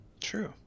True